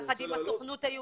יחד עם הסוכנות היהודית,